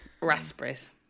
Raspberries